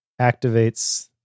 activates